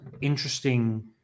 interesting